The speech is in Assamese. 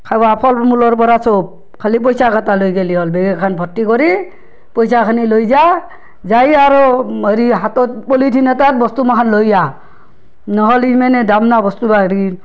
খোৱা ফল মূলৰপৰা চব খালি পইচাকেটা লৈ গেলি হ'ল বেগ এখন ভৰ্তি কৰি পইচাখিনি লৈ যা যাইয়ে আৰু হেৰি হাতত পলিথিন এটাত বস্তু মাখান লৈ আহ নহ'লে মানে দাম না বস্তু বাহনীৰ